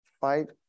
fight